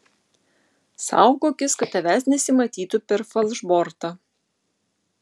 saugokis kad tavęs nesimatytų per falšbortą